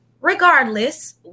regardless